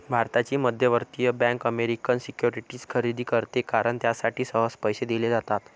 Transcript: भारताची मध्यवर्ती bank American securities खरेदी करते कारण त्यासाठी सहज पैसे दिले जातात